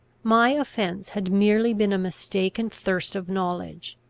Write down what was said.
my offence had merely been a mistaken thirst of knowledge.